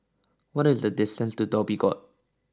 what is the distance to Dhoby Ghaut